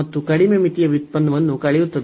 ಮತ್ತು ಕಡಿಮೆ ಮಿತಿಯ ವ್ಯುತ್ಪನ್ನವನ್ನು ಕಳೆಯುತ್ತದೆ